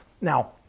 Now